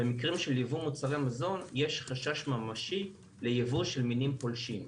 במקרים של ייבוא מוצרי מזון יש חשש ממשי לייבוא של מינים פולשים,